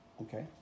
Okay